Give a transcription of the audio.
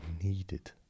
needed